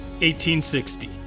1860